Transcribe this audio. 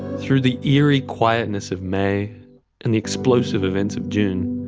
through the eerie quietness of may and the explosive events of june,